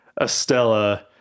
Estella